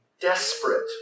desperate